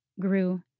grew